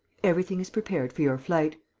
everything is prepared for your flight.